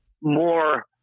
more